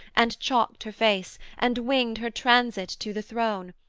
and chalked her face, and winged her transit to the throne,